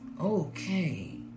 Okay